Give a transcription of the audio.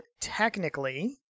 technically